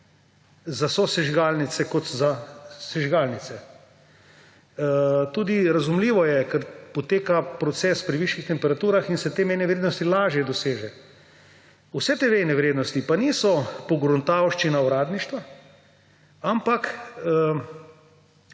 za sosežigalnice kot za sežigalnice. Tudi razumljivo je, ker poteka proces pri višjih temperaturah in se te mejne vrednosti lažje doseže. Vse te mejne vrednosti pa niso pogruntavščina uradništva, ampak